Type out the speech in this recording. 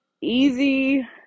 easy